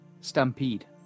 stampede